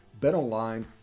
BetOnline